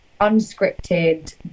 unscripted